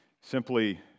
simply